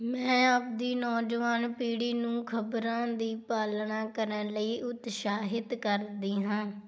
ਮੈਂ ਆਪਦੀ ਨੌਜਵਾਨ ਪੀੜ੍ਹੀ ਨੂੰ ਖ਼ਬਰਾਂ ਦੀ ਪਾਲਣਾ ਕਰਨ ਲਈ ਉਤਸ਼ਾਹਿਤ ਕਰਦੀ ਹਾਂ